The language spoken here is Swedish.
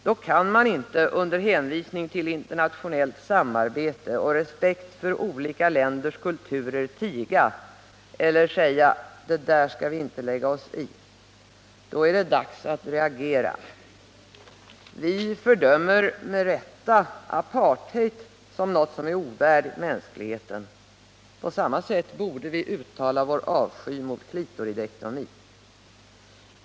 Då kan man inte under hänvisning till internationellt samarbete och respekt för olika länders kulturer tiga eller säga: Det där skall vi inte lägga oss i. Då är det dags att reagera. Vi fördömer, med rätta, apartheid som något som är ovärdigt mänskligheten. På samma sätt borde vi uttala vår avsky mot clitoridektomi.